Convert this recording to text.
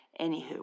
Anywho